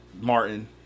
Martin